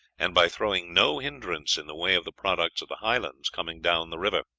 and by throwing no hindrance in the way of the products of the highlands coming down the river,